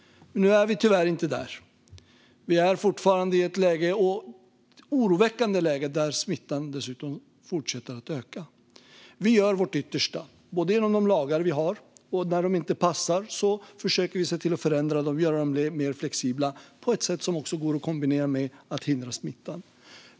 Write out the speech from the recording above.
Tyvärr är vi inte där, utan vi är fortfarande i ett oroväckande läge där smittan dessutom ökar. Vi gör vårt yttersta, både genom de lagar vi har och, när de inte passar, genom att förändra dem och göra dem mer flexibla, på ett sätt som går att kombinera med att hindra smittan.